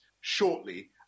shortly